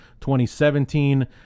2017